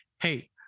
hey